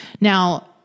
Now